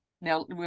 Now